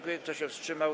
Kto się wstrzymał?